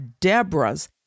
Deborahs